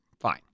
Fine